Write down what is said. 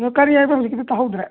ꯑꯣ ꯀꯔꯤ ꯍꯥꯏꯕ ꯍꯧꯖꯤꯛꯀꯤꯗꯣ ꯇꯥꯍꯧꯗ꯭ꯔꯦ